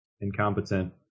incompetent